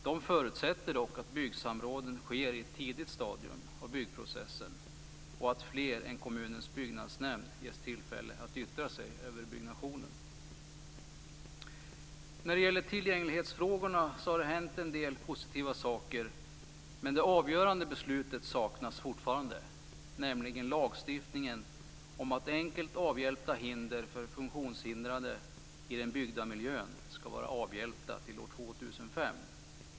Det förutsätter dock att byggsamråden sker på ett tidigt stadium i byggprocessen och att fler än kommunens byggnadsnämnd ges tillfälle att yttra sig över byggnationen. När det gäller tillgänglighetsfrågorna har det hänt en del positiva saker. Det avgörande beslutet saknas dock fortfarande, nämligen lagstiftningen om att enkelt avhjälpta hinder för funktionshindrade i den byggda miljön skall vara avhjälpta till år 2005.